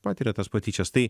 patiria tas patyčias tai